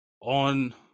on